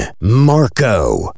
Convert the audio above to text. Marco